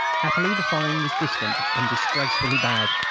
happily the firing was distant and disgracefully bad,